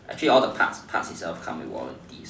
actually all the parts itself comes with warranty